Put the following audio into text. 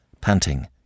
Panting